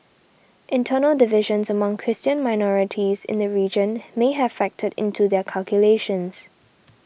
internal divisions among Christian minorities in the region may have factored into their calculations